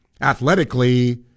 athletically